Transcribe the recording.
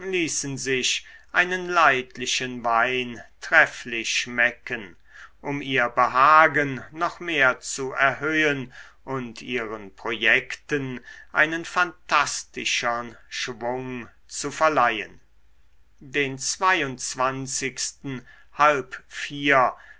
ließen sich einen leidlichen wein trefflich schmecken um ihr behagen noch mehr zu erhöhen und ihren projekten einen phantastischern schwung zu verleihen den halb